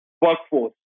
workforce